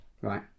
Right